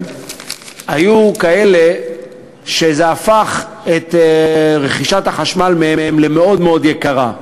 היו כאלה שזה הפך את רכישת החשמל מהן למאוד מאוד יקרה,